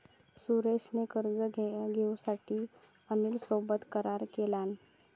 सुरेश ने कर्ज घेऊसाठी अनिल सोबत करार केलान